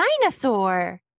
dinosaur